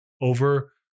over